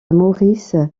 maurice